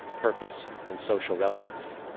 purpose and social relevancy.